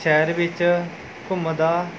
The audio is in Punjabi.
ਸ਼ਹਿਰ ਵਿੱਚ ਘੁੰਮਦਾ